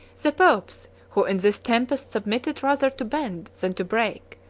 the popes, who in this tempest submitted rather to bend than to break,